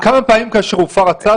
כמה פעמים כאשר הופר הצו